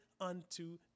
unto